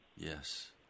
Yes